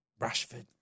Rashford